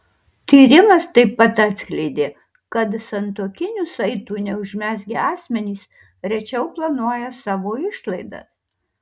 tyrimas taip pat atskleidė kad santuokinių saitų neužmezgę asmenys rečiau planuoja savo išlaidas